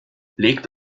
legt